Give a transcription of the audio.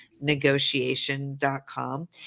negotiation.com